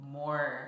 more